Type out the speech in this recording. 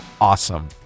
awesome